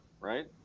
right